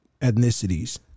ethnicities